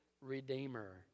Redeemer